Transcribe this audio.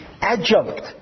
adjunct